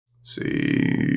see